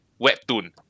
webtoon